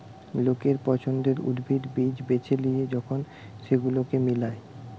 লোকের পছন্দের উদ্ভিদ, বীজ বেছে লিয়ে যখন সেগুলোকে মিলায়